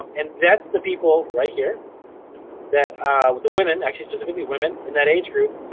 um and that's the people right here that the women, actually specifically women in that age group,